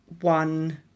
one